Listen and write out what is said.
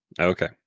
Okay